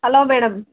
hello madam